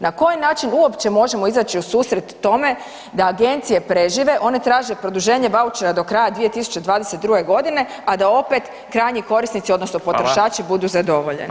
Na koji način uopće možemo izaći u susret tome da agencije prežive, one traže produženje vaučera do kraja 2022.g., a da opet krajnji korisnici odnosno potrošači budu zadovoljeni?